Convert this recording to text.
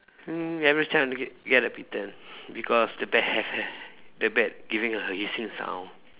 mm never chance get get bitten because the bat have ha~ the bat giving her issues now